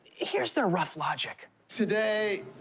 here's their rough logic. today,